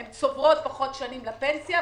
הן צוברות פחות שנים לפנסיה,